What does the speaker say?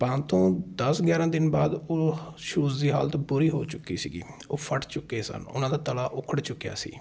ਪਾਉਣ ਤੋਂ ਦਸ ਗਿਆਰਾਂ ਦਿਨ ਬਾਅਦ ਉਹ ਸ਼ੂਜ਼ ਦੀ ਹਾਲਤ ਬੁਰੀ ਹੋ ਚੁੱਕੀ ਸੀਗੀ ਉਹ ਫਟ ਚੁੱਕੇ ਸਨ ਉਹਨਾਂ ਦਾ ਤਲਾ ਉੱਖੜ ਚੁੱਕਿਆ ਸੀ